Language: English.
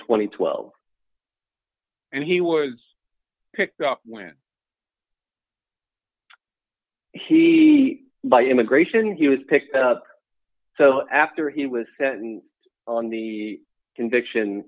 and twelve and he was picked up when he by immigration he was picked up so after he was sentenced on the conviction